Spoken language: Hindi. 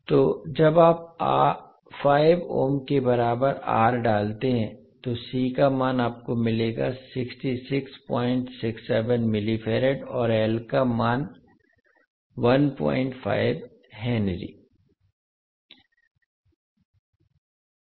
तो जब आप 5ओम के बराबर R डालते हैं तो C का मान आपको मिलेगा 6667मिली फैरड और L का वैल्यू 15हेनरी है